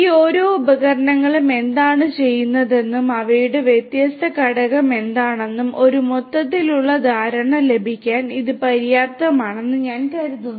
ഈ ഓരോ ഉപകരണങ്ങളും എന്താണ് ചെയ്യുന്നതെന്നും അവയുടെ വ്യത്യസ്ത ഘടകം എന്താണെന്നും ഒരു മൊത്തത്തിലുള്ള ധാരണ ലഭിക്കാൻ ഇത് പര്യാപ്തമാണെന്ന് ഞാൻ കരുതുന്നു